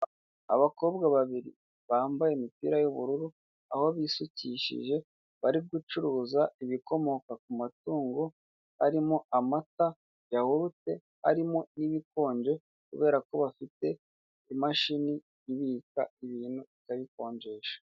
Abakobwa babiri bambaye imipira y'ubururu, aho bisukishije, bari gucuruza ibikomoka ku matungo harimo amata, yawurute, harimo n'ibikonje kubera ko bafite imashini ibika ibintu ikabikonjesha.